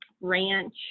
ranch